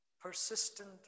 Persistent